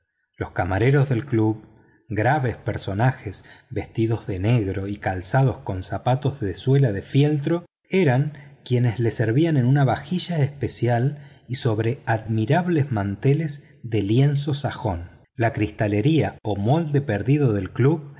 los camareros del club graves personas vestidas de negro y calzados con zapatos de suela de fieltro eran quienes le servían en una vajilla especial y sobre admirables manteles de lienzo sajón la cristalería o molde perdido del club